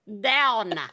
down